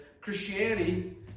Christianity